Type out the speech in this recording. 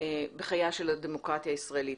בחייה של הדמוקרטיה הישראלית,